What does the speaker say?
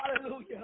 Hallelujah